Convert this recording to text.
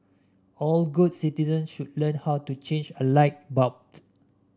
all good citizens should learn how to change a light bulb